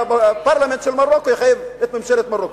הפרלמנט של מרוקו יחייב את ממשלת מרוקו.